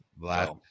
last